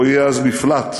לא יהיה אז מפלט